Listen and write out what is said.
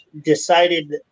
decided